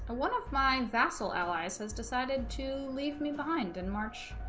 one of my vassal allies has decided to leave me behind in march